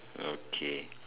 okay